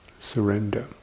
surrender